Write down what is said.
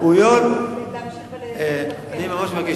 אני ממש מבקש.